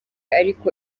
ariko